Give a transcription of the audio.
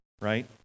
Right